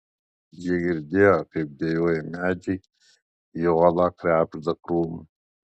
jie girdėjo kaip dejuoja medžiai į uolą krebžda krūmai